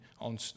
on